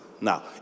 Now